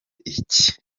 iki